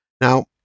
Now